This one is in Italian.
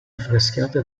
affrescate